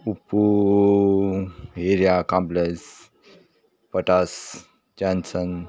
ಉಪ್ಪು urea complex potash ಚಾನ್ಸಂಗ್